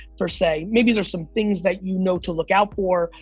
per se. maybe there's some things that you know to look out for,